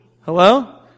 hello